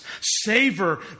Savor